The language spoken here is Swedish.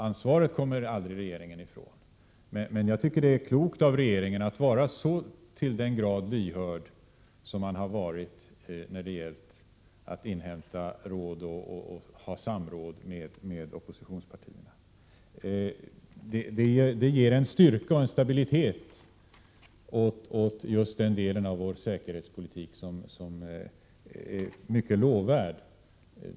Ansvaret kan regeringen aldrig komma ifrån. Jag tycker att det är klokt av regeringen att vara så till den grad lyhörd som den har varit när det gällt att inhämta råd och ha samråd med oppositionspartierna. Det ger en styrka och en stabilitet åt just den delen av vår säkerhetspolitik, som är mycket lovvärd.